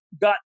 got –